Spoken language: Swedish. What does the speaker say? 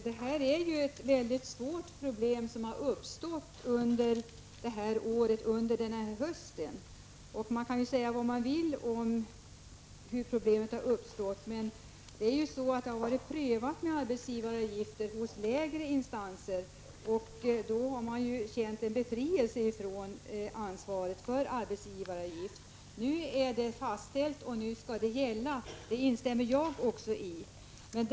Herr talman! Det här är ett svårt problem som har uppkommit under hösten. Man kan säga vad man vill om hur det har uppkommit. Frågan om arbetsgivaravgifter har prövats tidigare i lägre instanser, och då har man känt en befrielse från ansvar för arbetsgivaravgift. Men nu är det fastställt att avgift skall betalas, och då skall det gälla — det instämmer också jag i.